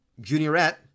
Juniorette